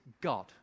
God